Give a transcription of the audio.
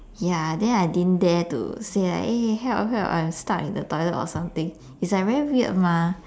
ya then I didn't dare to say like eh help help I'm stuck in the toilet or something it's like very weird mah